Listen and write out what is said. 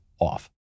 off